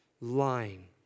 lying